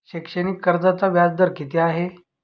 शैक्षणिक कर्जाचा व्याजदर किती आहे?